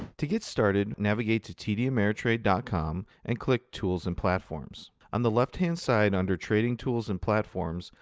to get started, navigate to td ameritrade dot com and click tools and platforms. on the left-hand side under trading tools and platforms,